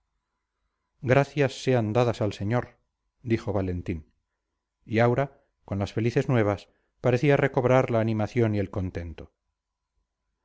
gracias sean dadas al señor dijo valentín y aura con las felices nuevas parecía recobrar la animación y el contento